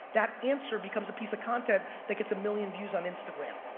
that answer becomes a piece of content that gets a million views on instagram.